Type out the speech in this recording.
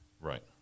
Right